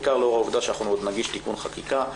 בעיקר לאור העובדה שאנחנו עוד נגיש תיקון חקיקה.